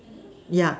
yeah